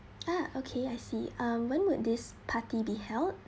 ah okay I see um when would this party be held